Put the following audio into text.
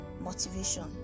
motivation